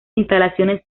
instalaciones